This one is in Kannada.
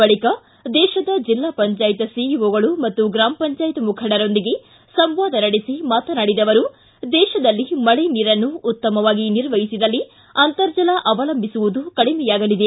ಬಳಕ ದೇಶದ ಜಿಲ್ಲಾ ಪಂಚಾಯತ್ ಸಿಇಒಗಳು ಮತ್ತು ಗ್ರಮ ಪಂಚಾಯತ್ ಮುಖಂಡರೊಂದಿಗೆ ಸಂವಾದ ನಡೆಬ ಮಾತನಾಡಿದ ಅವರು ದೇಶದಲ್ಲಿ ಮಳೆ ನೀರನ್ನು ಉತ್ತಮವಾಗಿ ನಿರ್ವಹಿಸಿದಲ್ಲಿ ಅಂತರ್ಜಲ ಅವಲಂಬಿಸುವುದು ಕಡಿಮೆಯಾಗಲಿದೆ